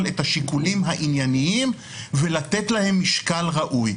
את השיקולים הענייניים ולתת להם משקל ראוי?